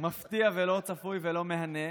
מפתיע, לא צפוי ולא מהנה.